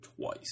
twice